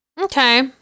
okay